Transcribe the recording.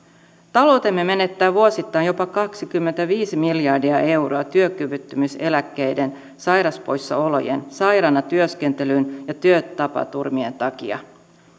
taloutemme menettää vuosittain jopa kaksikymmentäviisi miljardia euroa työkyvyttömyyseläkkeiden sairauspoissaolojen sairaana työskentelyn ja työtapaturmien takia